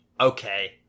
okay